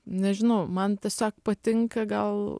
nežinau man tiesiog patinka gal